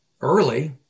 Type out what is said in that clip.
early